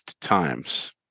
times